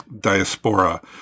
diaspora